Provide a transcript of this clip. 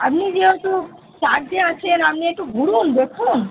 আপনি যেহতু চার্জে আছেন আমনি একটু ঘুরুন দেখুন